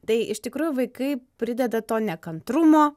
tai iš tikrųjų vaikai prideda to nekantrumo